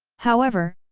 however,